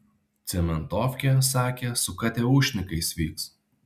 cementofkė sakė su kateušnikais vyks